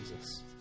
Jesus